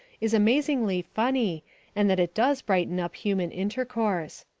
is amazingly funny and that it does brighten up human intercourse.